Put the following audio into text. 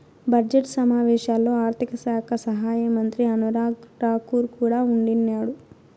budget సమావేశాల్లో ఆర్థిక శాఖ సహాయమంత్రి అనురాగ్ రాకూర్ కూడా ఉండిన్నాడు